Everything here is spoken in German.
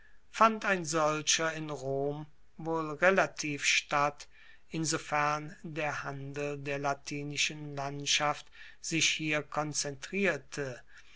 fand ein solcher in rom wohl relativ statt insofern der handel der latinischen landschaft sich hier konzentrierte